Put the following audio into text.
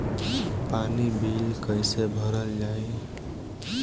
पानी बिल कइसे भरल जाई?